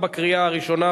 (הטלת התחייבות להימנע מעבירה לאחר ביטול הרשעה),